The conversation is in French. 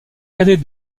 cadet